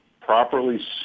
properly